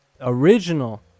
original